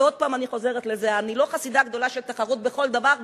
ועוד פעם אני חוזרת לזה: אני לא חסידה גדולה של תחרות בכל דבר,